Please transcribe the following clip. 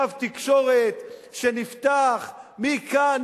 קו תקשורת שנפתח מכאן,